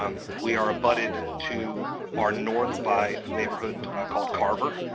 um we are abutted to our north by a neighborhood called carver.